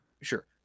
Sure